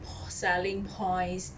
p~ selling points